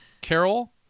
Carol